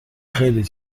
خیلی